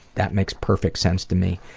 that makes perfect sense to me.